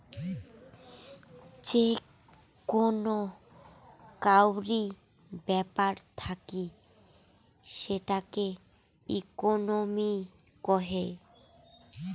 যে কোন কাউরি ব্যাপার থাকি সেটাকে ইকোনোমি কহে